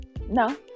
No